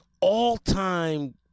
all-time